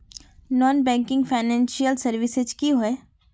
Non banking financial services की होय?